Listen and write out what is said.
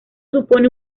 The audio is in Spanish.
supone